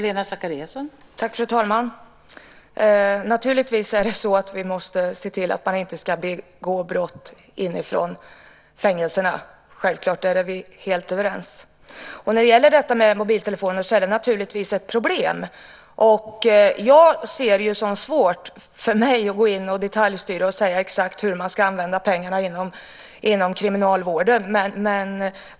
Fru talman! Vi måste naturligtvis se till att man inte ska begå brott inifrån fängelserna. Det är självklart. Där är vi helt överens. Mobiltelefoner är ett problem. Jag ser det som svårt för mig att gå in och detaljstyra och säga exakt hur man ska använda pengarna inom kriminalvården.